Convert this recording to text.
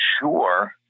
sure